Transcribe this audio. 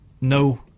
No